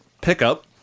pickup